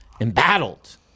embattled